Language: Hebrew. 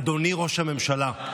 אדוני ראש הממשלה,